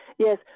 Yes